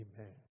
Amen